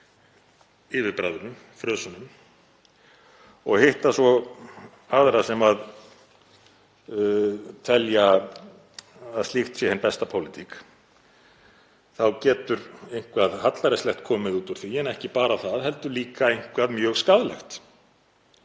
yfirbragðinu, frösunum, og hitta svo aðra sem telja að slíkt sé hin besta pólitík þá getur eitthvað hallærislegt komið út úr því en ekki bara það, heldur líka eitthvað mjög skaðlegt